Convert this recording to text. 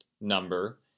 number